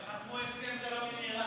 הם חתמו הסכם שלום עם איראן.